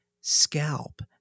scalp